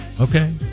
Okay